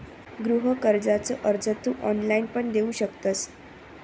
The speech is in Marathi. गृह कर्जाचो अर्ज तू ऑनलाईण पण देऊ शकतंस